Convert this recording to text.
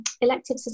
elective